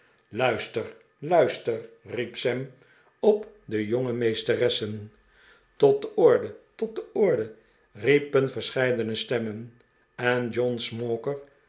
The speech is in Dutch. luister luister riep sam op de jonge meesteressen tot de orde tot de ordel riepen verscheidene stemmen en john